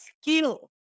skill